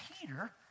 Peter